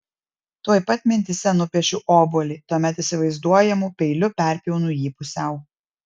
tuoj pat mintyse nupiešiu obuolį tuomet įsivaizduojamu peiliu perpjaunu jį pusiau